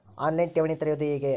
On line ಠೇವಣಿ ತೆರೆಯುವುದು ಹೇಗೆ?